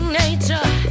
nature